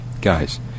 guys